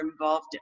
involved